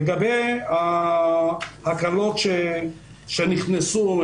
לגבי ההקלות שנכנסו,